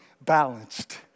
balanced